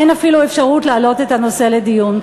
אין אפילו אפשרות להעלות את הנושא לדיון.